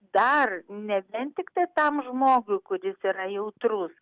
dar nebent tiktai tam žmogui kuris yra jautrus